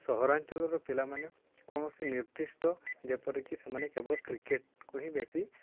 ସହରାଞ୍ଚଳର ପିଲାମାନେ କୌଣସି ନିର୍ଦ୍ଦିଷ୍ଟ ଯେପରିକି ସେମାନେ କେବଳ କ୍ରିକେଟ୍କୁ ହିଁ ବେଶୀ